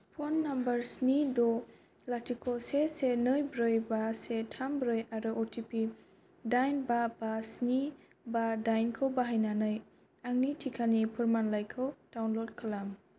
phone number स्नि द लाथिख' से से नै ब्रै बा से थाम ब्रै आरो अ टि पि दाइन बा बा स्नि बा दाइनखौ बाहायनानै आंनि टिकानि फोरमानलाइखौ डाउनल'ड खालाम